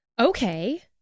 Okay